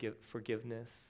forgiveness